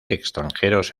extranjeros